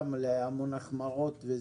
על התקדמות הרפורמה הזאת, נשקול את זה.